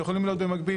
שיכולים להיות במקביל.